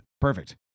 Perfect